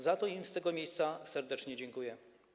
Za to im z tego miejsca serdecznie dziękuję.